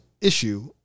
issue